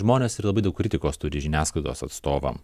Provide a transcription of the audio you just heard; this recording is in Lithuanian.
žmones ir labai daug kritikos turi žiniasklaidos atstovam